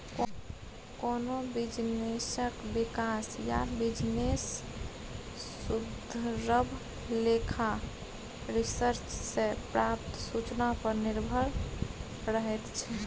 कोनो बिजनेसक बिकास या बिजनेस सुधरब लेखा रिसर्च सँ प्राप्त सुचना पर निर्भर रहैत छै